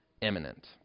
imminent